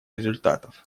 результатов